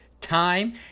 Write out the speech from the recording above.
time